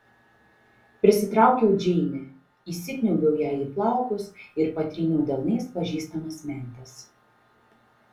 prisitraukiau džeinę įsikniaubiau jai į plaukus ir patryniau delnais pažįstamas mentes